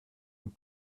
and